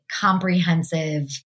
comprehensive